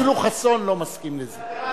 אפילו חסון לא מסכים לזה.